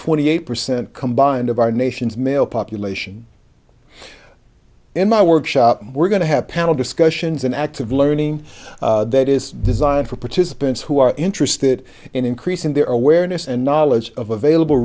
twenty eight percent combined of our nation's male population in my workshop we're going to have panel discussions an active learning that is designed for participants who are interested in increasing their awareness and knowledge of available